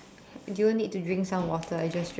you will need to drink some water I just drank